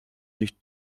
sich